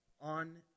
on